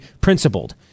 principled